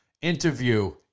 interview